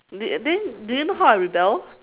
then then do you know how I rebel